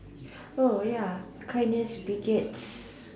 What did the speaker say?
oh ya kindness begets